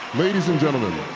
ladies and gentlemen,